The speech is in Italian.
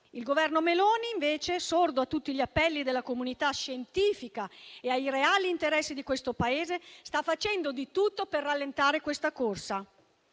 Il Governo Meloni invece, sordo a tutti gli appelli della comunità scientifica e ai reali interessi di questo Paese, sta facendo di tutto per rallentare questa corsa.